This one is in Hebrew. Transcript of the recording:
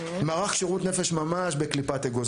מערך שירות נפש, ממש בקליפת האגוז.